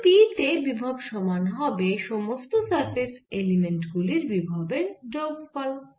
বিন্দু p তে বিভব সমান হবে সমস্ত সারফেস এলিমেন্ট গুলির বিভবের যোগফল